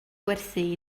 gwerthu